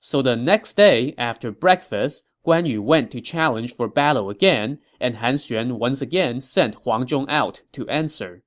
so the next day after breakfast, guan yu went to challenge for battle again, and han xuan once again sent huang zhong out to answer.